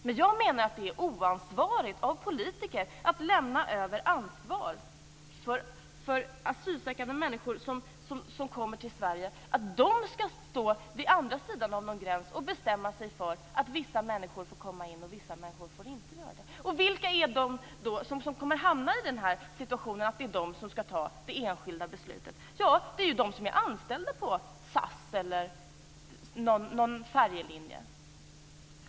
Men jag menar att det är oansvarigt av politiker att lämna över ansvaret för asylsökande människor som vill åka till Sverige till transportbolag, så att de skall stå på andra sidan av någon gräns och bestämma att vissa människor får komma in i Sverige och andra inte. Vilka är då de människor som kommer att hamna i situationen att fatta det enskilda beslutet? Jo, det är de anställda på SAS eller på någon färjelinje.